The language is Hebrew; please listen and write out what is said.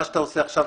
מה שאתה עושה עכשיו,